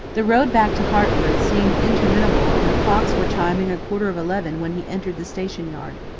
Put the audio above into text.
the road back to hertford seemed interminable and the clocks were chiming a quarter of eleven when he entered the station yard.